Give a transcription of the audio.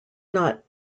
not